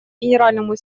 генеральному